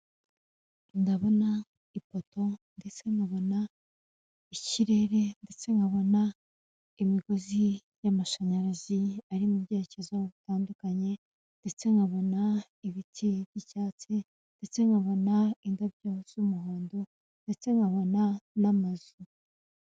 Ndabona ipoto, ndetse nkabona ikirere, ndetse nkabona imigozi y'amashanyarazi ari mu byerekezo bitandukanye, ndetse nkabona ibiti by'icyatsi, ndetse nkabona indabyo z'umuhondo, ndetse nkabona n'amazu.